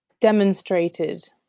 demonstrated